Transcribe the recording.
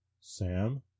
sam